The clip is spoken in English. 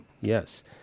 Yes